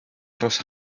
aros